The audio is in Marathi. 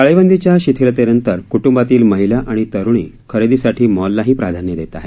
टाळेबंदीच्या शिथिलतेनंतर क्टंबातील महिला आणि तरुणी खरेदीसाठी मॉललाही प्राधान्य देत आहेत